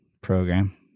program